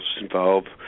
involved